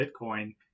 Bitcoin